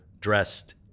dressed